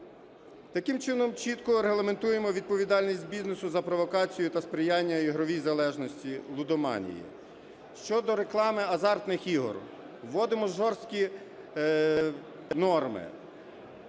Таким чином чітко регламентуємо відповідальність бізнесу за провокацію та сприяння ігровій залежності – лудоманії. Щодо реклами азартних ігор вводимо жорсткі норми,